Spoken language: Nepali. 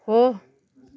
हो